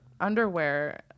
underwear